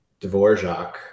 Dvorak